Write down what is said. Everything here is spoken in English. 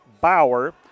Bauer